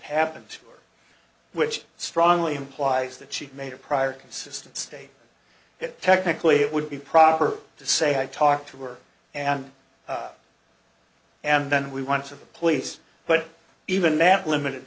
happens for which strongly implies that she made a prior consistent state that technically it would be proper to say i talked to her and and then we went to the police but even that limited